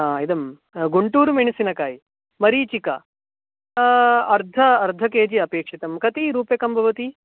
हा इदं गुण्टूरुमेणसिनकायि मरीचिका अर्धं अर्ध के जि अपेक्षितं कति रूप्यकं भवति